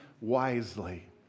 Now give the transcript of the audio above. wisely